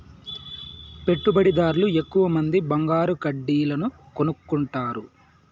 పెట్టుబడిదార్లు ఎక్కువమంది బంగారు కడ్డీలను కొనుక్కుంటారు